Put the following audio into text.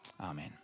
Amen